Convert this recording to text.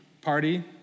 party